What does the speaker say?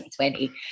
2020